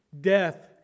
death